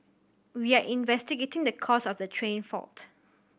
we are investigating the cause of the train fault